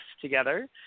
together